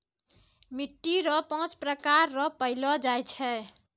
मिट्टी रो पाँच प्रकार रो पैलो जाय छै